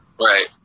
Right